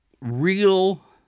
real